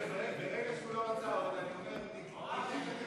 בדבר הפחתת תקציב לא נתקבלו.